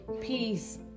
peace